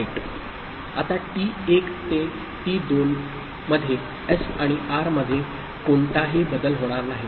आता टी 1 ते टी 2 मध्ये एस आणि आर मध्ये कोणताही बदल होणार नाही